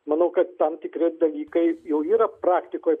manau kad tam tikri dalykai jau yra praktikoj